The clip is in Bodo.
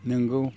नंगौ